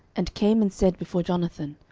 and came and said before jonathan,